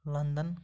London